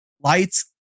Lights